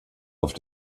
auf